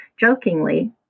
jokingly